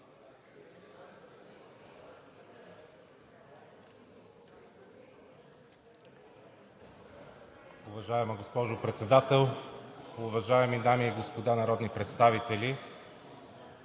Уважаема госпожо Председател, уважаеми дами и господа народни представители!